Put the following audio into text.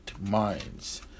minds